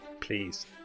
Please